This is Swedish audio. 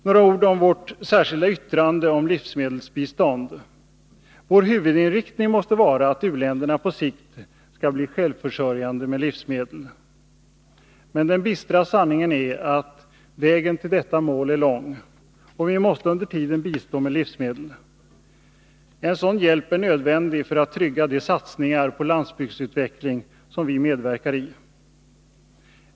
Några ord om vårt särskilda yttrande om livsmedelsbistånd: Vår huvudinriktning måste vara att u-länderna på sikt skall bli självförsörjande med livsmedel. Men den bistra sanningen är att vägen till detta mål är lång, och vi måste under tiden bistå med livsmedel. En sådan hjälp är nödvändig för att trygga de satsningar på landsbygdsutveckling som vi medverkar i.